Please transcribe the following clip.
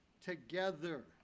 together